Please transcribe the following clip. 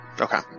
Okay